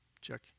check